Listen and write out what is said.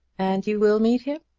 and you will meet him?